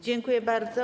Dziękuję bardzo.